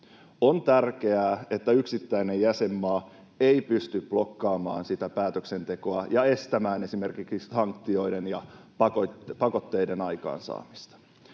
On tärkeää, että yksittäinen jäsenmaa ei pysty blokkaamaan sitä päätöksentekoa ja estämään esimerkiksi sanktioiden ja pakotteiden aikaansaamista.